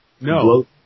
No